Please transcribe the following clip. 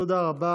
תודה רבה